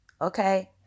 Okay